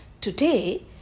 Today